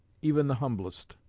even the humblest,